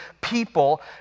people